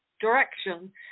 direction